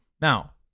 Now